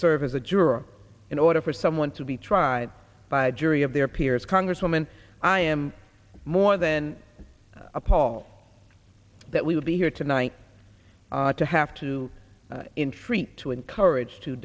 serve as a juror in order for someone to be tried by a jury of their peers congresswoman i am more than a paul that we will be here tonight to have to intreat to encourage to